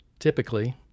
Typically